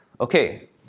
okay